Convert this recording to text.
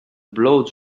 blow